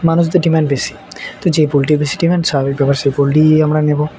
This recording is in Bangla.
মানুষদের ডিমান্ড বেশি তো যে পোলট্রির বেশি ডিমান্ড স্বাভাবিক ব্যাপার সেই পোলট্রিই আমরা নেব